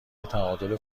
تعادل